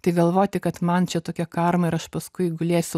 tai galvoti kad man čia tokia karma ir aš paskui gulėsiu